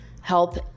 help